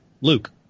Luke